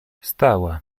stała